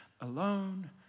alone